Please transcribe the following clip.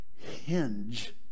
hinge